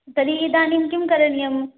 तर्हि इदानीं किं करणीयं